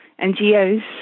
NGOs